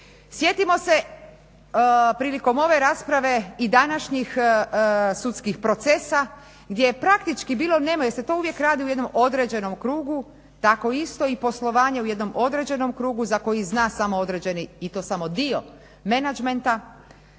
Sjetimo se, prilikom ove rasprave i današnjih sudskih procesa gdje je praktički bilo, jer se to uvijek radi u jednom određenom krugu, tako isto i poslovanje u jednom određenom krugu za koji zna samo određeni i to samo dio menadžmenta.